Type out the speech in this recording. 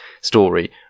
story